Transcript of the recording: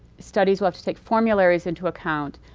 studies will have to take formularies into account.